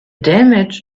damage